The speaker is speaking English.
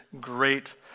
great